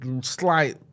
slight